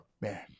Man